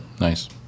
Nice